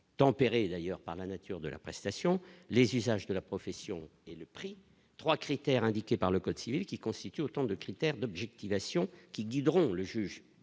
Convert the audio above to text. tempéré d'ailleurs par la nature de la prestation, les usages de la profession et le prix 3 critères indiqués par le code civil qui constituent autant de critères d'objectivation qui guideront le juge